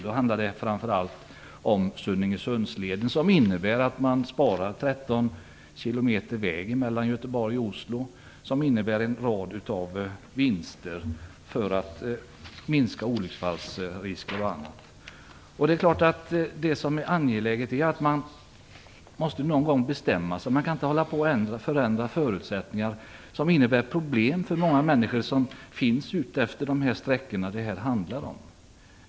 Då handlar det framför allt om leden Sunninge-Sund, som innebär att man sparar 13 km väg mellan Göteborg och Oslo. Det innebär en rad vinster för att minska olycksfallsrisker m.m. Man måste någon gång bestämma sig och det är angeläget. Man kan inte hålla på och förändra förutsättningarna. Det innebär problem för många människor som finns utefter de sträckor det här handlar om.